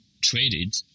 traded